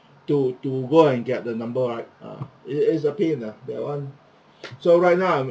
to to go and get the number right uh it is a pain uh that one so right now I'm